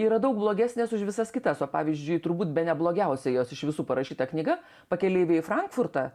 yra daug blogesnės už visas kitas o pavyzdžiui turbūt bene blogiausia jos iš visų parašyta knyga pakeleiviai į frankfurtą